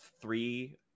three